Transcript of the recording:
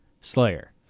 Slayer